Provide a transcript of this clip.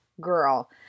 girl